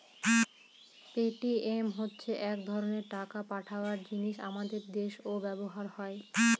Paytm হচ্ছে এক ধরনের টাকা পাঠাবার জিনিস আমাদের দেশেও ব্যবহার হয়